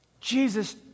Jesus